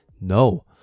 no